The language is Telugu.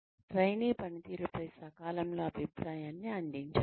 ట్రైనీ పనితీరుపై సకాలంలో అభిప్రాయాన్ని అందించండి